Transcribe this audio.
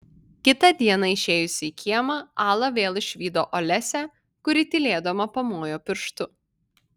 kitą dieną išėjusi į kiemą ala vėl išvydo olesią kuri tylėdama pamojo pirštu